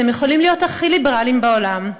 אתם יכולים להיות הכי ליברליים בעולם,